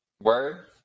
Word